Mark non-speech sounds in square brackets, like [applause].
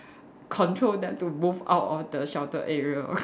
control them to move out of the sheltered area [noise]